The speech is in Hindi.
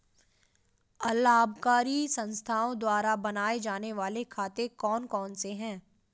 अलाभकारी संस्थाओं द्वारा बनाए जाने वाले खाते कौन कौनसे हैं?